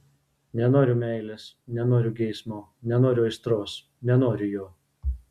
nenoriu meilės nenoriu geismo nenoriu aistros nenoriu jo